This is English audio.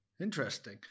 interesting